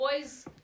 boys